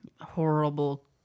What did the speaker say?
horrible